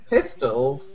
Pistols